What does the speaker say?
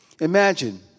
Imagine